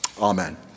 Amen